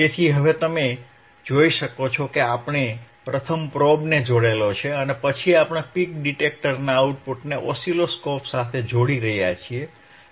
તેથી હવે તમે જોઈ શકો છો કે આપણે પ્રથમ પ્રોબને જોડેલ છે અને પછી આપણે પીક ડિટેક્ટરના આઉટપુટને ઓસિલોસ્કોપ સાથે જોડી રહ્યા છીએ